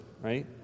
right